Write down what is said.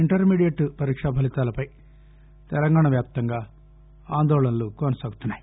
intermediate పరీక్ష ఫలితాలపై తెలంగాణ వ్యాప్తంగా ఆందోళనలు కొనసాగుతున్నాయి